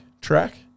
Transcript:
track